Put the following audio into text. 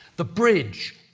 the bridge,